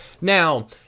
Now